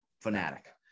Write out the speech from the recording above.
Fanatic